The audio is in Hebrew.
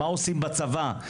מה עושים בצבא.